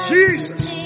Jesus